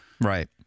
right